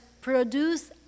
produce